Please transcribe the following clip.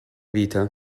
vita